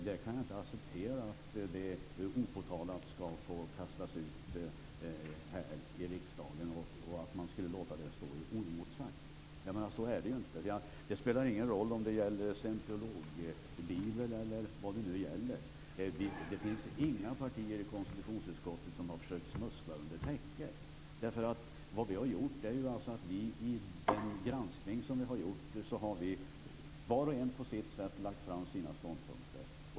Jag kan inte acceptera att det opåtalat skall få kastas ut här i riksdagen och att man skall låta det stå oemotsagt. Det är ju inte så. Det spelar ingen roll om det gäller scientologibibeln eller vad det nu gäller. Det finns inga partier i konstitutionsutskottet som har försökt smussla under täcket. I den granskning som vi har gjort har vi ju, var och en på sitt sätt, lagt fram våra ståndpunkter.